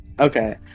okay